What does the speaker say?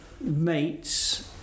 mates